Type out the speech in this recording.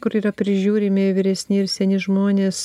kur yra prižiūrimi vyresni ir seni žmonės